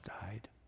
died